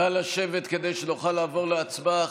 נא לשבת כדי שנוכל לעבור להצבעה.